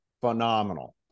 phenomenal